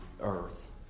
earth